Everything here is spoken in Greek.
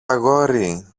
αγόρι